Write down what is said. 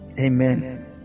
amen